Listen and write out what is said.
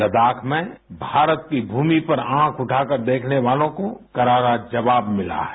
लद्दाख में भारत की भूमि पर आँख उठाकर देखने वालों को करारा जवाब मिला है